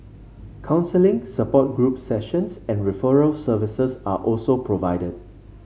counselling support group sessions and referral services are also provided